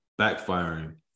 backfiring